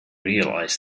realized